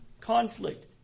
conflict